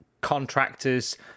contractors